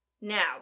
now